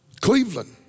Cleveland